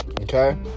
okay